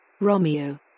Romeo